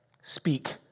speak